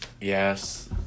Yes